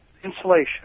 insulation